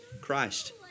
Christ